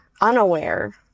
unaware